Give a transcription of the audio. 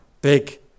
big